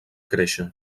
créixer